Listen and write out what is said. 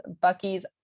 Bucky's